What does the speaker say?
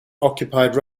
occupied